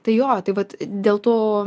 tai jo tai vat dėl tų